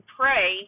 pray